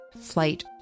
flight